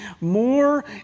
more